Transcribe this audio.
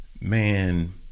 Man